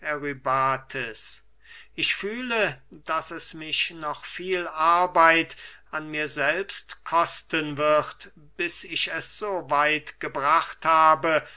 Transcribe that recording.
eurybates ich fühle daß es mich noch viel arbeit an mir selbst kosten wird bis ich es so weit gebracht habe